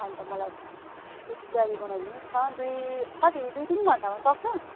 अन्त मलाई त्यो तयारी बनाइदिनुहोस् न दुई कति दुई तिन घण्टामा सक्छ